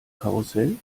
karussell